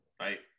right